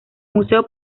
museo